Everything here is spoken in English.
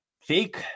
fake